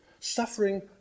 Suffering